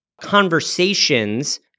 conversations